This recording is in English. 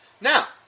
Now